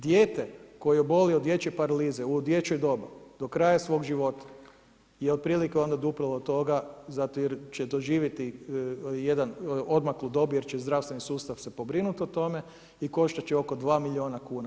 Dijete koje oboli od dječje paralize u dječje doba do kraja svoga života je otprilike upravo od toga zato jer će doživjeti jednu odmaklu dob jer će zdravstveni sustav se pobrinuti o tome i koštat će oko 2 milijuna kuna.